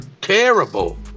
terrible